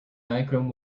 nichrome